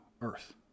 earth